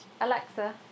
Alexa